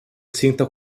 sinta